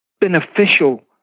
beneficial